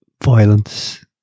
violence